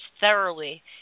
thoroughly